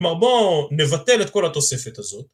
כלומר, בוא נבטל את כל התוספת הזאת